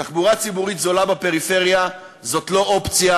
תחבורה ציבורית זולה בפריפריה זאת לא אופציה,